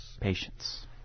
Patience